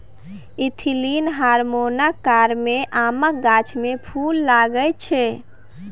ethylene हार्मोनक कारणेँ आमक गाछ मे फुल लागय छै